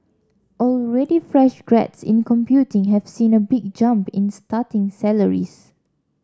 already fresh grads in computing have seen a big jump in starting salaries